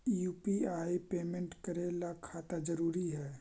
UPI payment करे ला खाता जरूरी है?